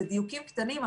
אלה דיוקים קטנים,